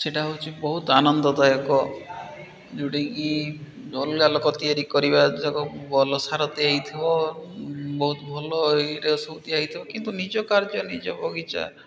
ସେଟା ହେଉଛି ବହୁତ ଆନନ୍ଦଦାୟକ ଯୋଉଟାକି ଅଲ୍ଗା ଲୋକ ତିଆରି କରିବା ଯାକ ଭଲ ସାର ଦେଇ ହେଇଥିବ ବହୁତ ଭଲ ଏଇରେ ସ୍ମୃତି ହେଇଥିବ କିନ୍ତୁ ନିଜ କାର୍ଯ୍ୟ ନିଜ ବଗିଚା